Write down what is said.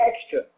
extra